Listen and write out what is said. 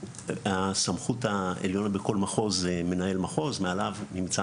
הסמכות העליונה בכל מחוז - מנהל מחוז ומעליו נמצא